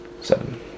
Seven